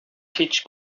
teach